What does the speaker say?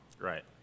right